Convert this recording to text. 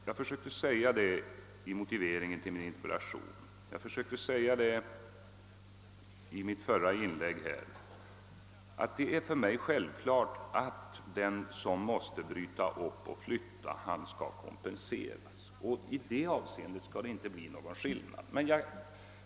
Jag försökte säga i motiveringen till min interpellation och i mitt förra inlägg att det för mig är självklart, att den som måste bryta upp och flytta skall kompenseras. I det avseendet skall det inte bli någon skillnad.